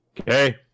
Okay